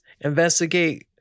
investigate